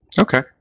Okay